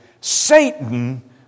Satan